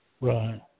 Right